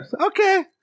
Okay